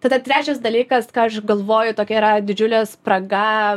tada trečias dalykas ką aš galvoju tokia yra didžiulė spraga